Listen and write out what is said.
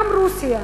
גם רוסיה,